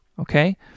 okay